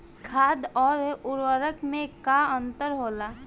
खाद्य आउर उर्वरक में का अंतर होला?